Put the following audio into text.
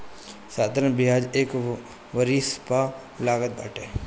साधारण बियाज एक वरिश पअ लागत बाटे